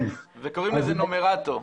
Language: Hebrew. קוראים לזה "נומרטור".